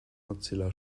mozilla